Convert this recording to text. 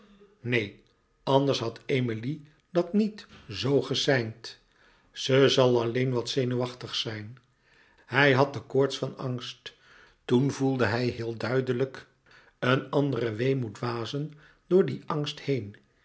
neen anders had emilie dat niet zo geseind ze zal alleen wat zenuwachtig zijn hij had de koorts van angst toen voelde hij heel duidelijk een anderen weemoed wazen door dien angst heen